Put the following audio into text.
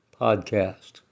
Podcast